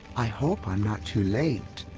i hope i'm not too late.